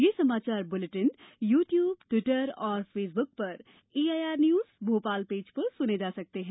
ये समाचार bulletin YouTube Twitter और फेसबुक पर एआईआर न्यूज भोपाल पेज पर सुने जा सकते हैं